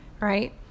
right